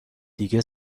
دیگه